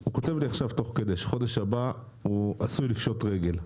הוא כותב לי עכשיו שחודש הבא הוא עשוי לפשוט רגל.